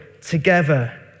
together